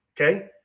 okay